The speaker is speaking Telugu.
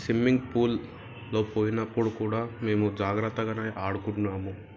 స్విమ్మింగ్పూల్లో పోయినప్పుడు కూడా మేము జాగ్రత్తగా ఆడుకున్నాము